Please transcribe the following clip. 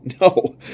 No